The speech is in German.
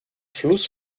fluss